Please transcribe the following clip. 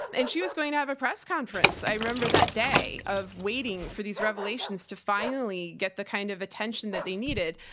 and she was going to have a press conference. i remember that day, of waiting for these revelations to finally get the kind of attention that they needed,